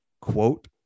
quote